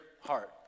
heart